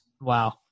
Wow